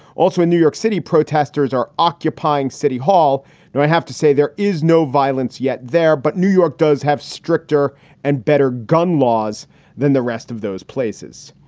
also in new york city, protesters are occupying city hall. now, i have to say, there is no violence yet there, but new york does have stricter and better gun laws than the rest of those places.